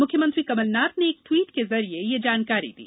मुख्यमंत्री कमलनाथ ने एक ट्वीट के जरिये यह जानकारी दी